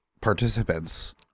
participants